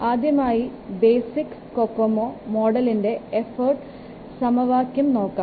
ആദ്യമായി basic COCOMO മോഡലിൻറെ effort സമവാക്യം നോക്കാം